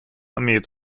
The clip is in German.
armee